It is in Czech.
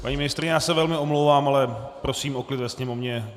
Paní ministryně, já se velmi omlouvám, ale prosím o klid ve sněmovně.